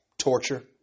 Torture